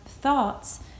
thoughts